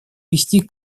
вести